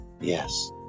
Yes